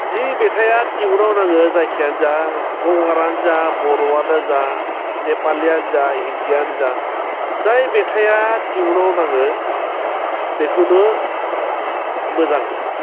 जि मेथाइआ टिउनाव नाङो जायखियानो जा गंगारानो जा बर'आनो जा नेपालियानो जा हिन्दीयानो जा जाय मेथाइआ टिउनाव नाङो बेखौनो मोजां मोनो